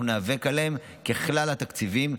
אנחנו ניאבק עליהם ככלל התקציבים,